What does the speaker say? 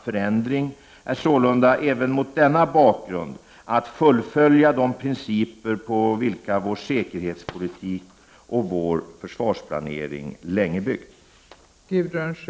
1989/90:43 förändring är sålunda även mot denna bakgrund att fullfölja de principer på 11 december 1989 vilka vår säkerhetspolitik och vår försvarsplanering länge byggt. s äns var på interpella